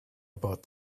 about